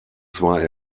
zwar